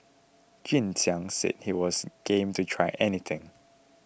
Jun Xiang said he was game to try anything